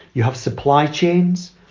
you have supply chains.